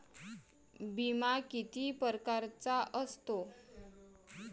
बिमा किती परकारचा असतो?